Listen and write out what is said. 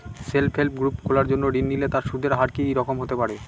Self help group খোলার জন্য ঋণ নিলে তার সুদের হার কি রকম হতে পারে?